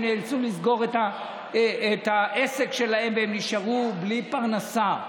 הם נאלצו לסגור את העסק שלהם והם נשארו בלי פרנסה.